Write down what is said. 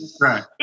Right